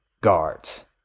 guards